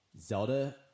Zelda